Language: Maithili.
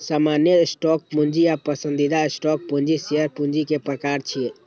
सामान्य स्टॉक पूंजी आ पसंदीदा स्टॉक पूंजी शेयर पूंजी के प्रकार छियै